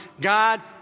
God